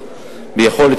אני רק שואל.